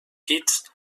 hits